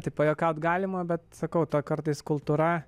taip pajuokaut galima bet sakau ta kartais kultūra